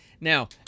Now